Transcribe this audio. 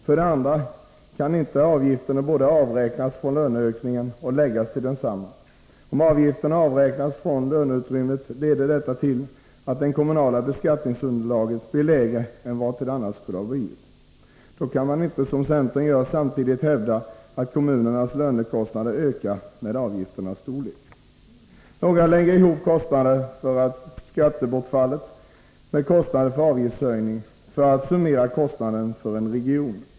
För det andra: Avgifterna kan inte både avräknas från löneökningen och läggas till densamma. Om avgifterna avräknas från löneutrymmet, leder det till att det kommunala beskattningsunderlaget blir lägre än vad det annars skulle ha blivit. Då kan man inte, som centern gör, samtidigt hävda att kommunernas lönekostnader ökar med avgifternas storlek. Några lägger för att summera kostnaden för en region ihop kostnader för skattebortfallet med kostnader för avgiftshöjningen.